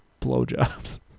Blowjobs